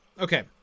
Okay